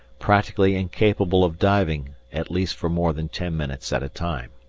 practically incapable of diving at least for more than ten minutes at a time.